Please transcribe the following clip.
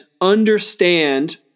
understand